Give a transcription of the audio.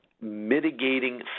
mitigating